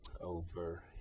over